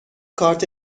کارت